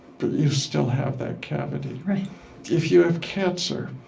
but you still have that cavity right if you have cancer,